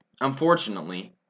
unfortunately